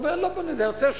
הוא אומר: לא בונה, רוצה?